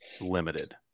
limited